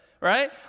right